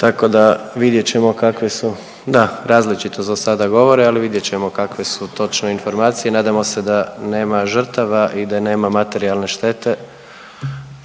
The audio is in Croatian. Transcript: tako da vidjet ćemo kakve su, da različito za sada govore, ali vidjet ćemo kakve su točno informacije. Nadamo se da nema žrtava i da nema materijalne štete,